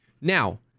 Now